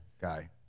guy